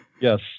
Yes